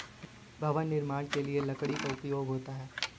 भवन निर्माण के लिए लकड़ी का उपयोग होता है